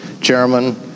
chairman